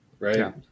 Right